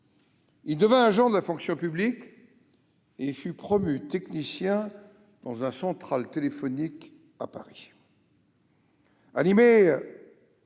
Il devint agent de la fonction publique et fut promu technicien dans un central téléphonique à Paris.